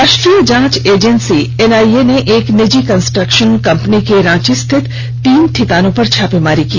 राष्ट्रीय जांच agency NIA ने एक निजी कंस्ट्रक्षन कंपनी के रांची स्थित तीन ढिकानों पर छापेमारी की